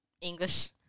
English